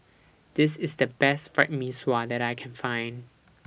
This IS The Best Fried Mee Sua that I Can Find